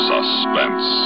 Suspense